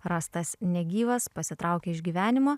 rastas negyvas pasitraukė iš gyvenimo